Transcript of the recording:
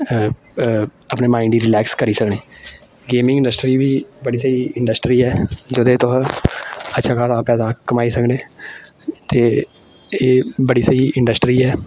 अपने माइंड गी रिलैक्स करी सकने गेमिंग इंडस्ट्री बी बड़ी स्हेई इंडस्ट्री ऐ जेह्दे च तुस अच्छा खासा पैसा कमाई सकने ते एह् बड़ी स्हेई इंडस्ट्री ऐ